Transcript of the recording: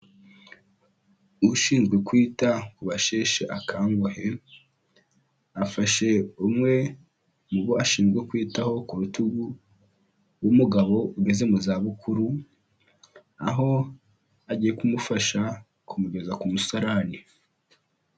Ushinzwe kwita ku basheshe akanguhe afashe umwe mu bo ashinzwe kwitaho ku rutugu w'umugabo ugeze mu zabukuru, aho agiye kumufasha kumugeza ku musarani.